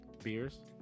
Beers